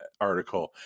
article